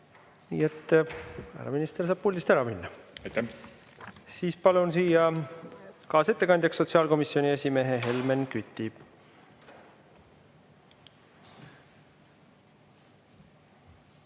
nii et härra minister saab puldist ära minna. Aitäh! Palun siia kaasettekandjaks sotsiaalkomisjoni esimehe Helmen Küti.